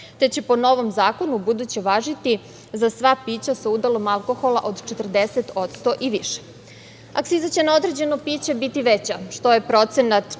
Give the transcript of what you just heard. te će po novom zakonu ubuduće važiti za sva pića sa udelom alkohola od 40% i više. Akciza će na određeno piće biti veća. Što je procenat